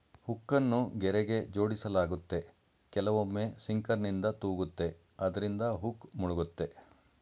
ಹುಕ್ಕನ್ನು ಗೆರೆಗೆ ಜೋಡಿಸಲಾಗುತ್ತೆ ಕೆಲವೊಮ್ಮೆ ಸಿಂಕರ್ನಿಂದ ತೂಗುತ್ತೆ ಅದ್ರಿಂದ ಹುಕ್ ಮುಳುಗುತ್ತೆ